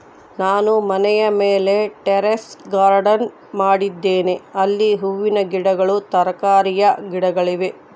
ನಾನು ಮನೆಯ ಮೇಲೆ ಟೆರೇಸ್ ಗಾರ್ಡೆನ್ ಮಾಡಿದ್ದೇನೆ, ಅಲ್ಲಿ ಹೂವಿನ ಗಿಡಗಳು, ತರಕಾರಿಯ ಗಿಡಗಳಿವೆ